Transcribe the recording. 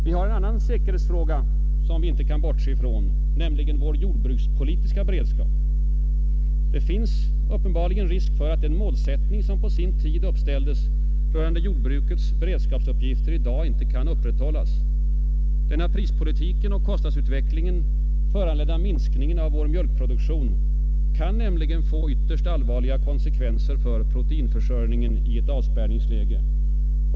Vi har en annan säkerhetsfråga som vi inte kan bortse ifrån, nämligen vår jordbrukspolitiska beredskap. Det finns uppenbarligen risk för att den målsättning, som på sin tid uppställdes rörande jordbrukets beredskapsuppgifter, i dag inte kan upprätthållas. Den av prispolitiken och kostnadsutvecklingen föranledda minskningen av vår mjölkproduktion kan nämligen få ytterst allvarliga konsekvenser för proteinförsörjningen i ett avspärrningsläge.